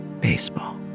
baseball